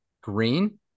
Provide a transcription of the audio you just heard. green